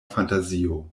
fantazio